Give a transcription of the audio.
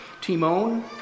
Timon